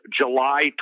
July